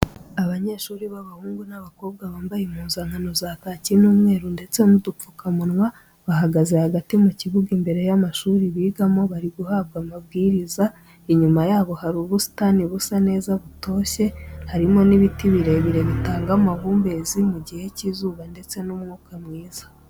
Abanyeshuri b'abahungu n'abakobwa bambaye impuzankano za kaki n'umweru ndetse n'udupfukamunwa, bahagaze hagati mu kibuga imbere y'amashuri bigamo bari guhabwa amabwiriza, inyuma yabo hari ubusitani busa neza butoshye harimo n'ibiti birebire bitanga amahumbezi mu gihe cy'izuba ndetse n'umwuka mwiza.